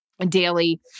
daily